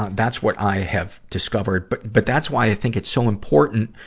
that's what i have discovered. but, but that's why i think it's so important,